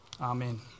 Amen